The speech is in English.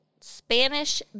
Spanish